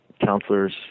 counselors